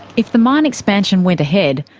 if the mine expansion went ahead,